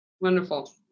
Wonderful